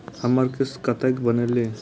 हमर किस्त कतैक बनले?